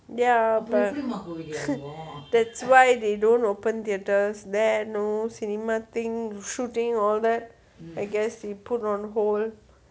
ya that's why they don't open theatres there no cinema thing shooting all that I guess they put on hold